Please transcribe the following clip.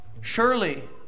Surely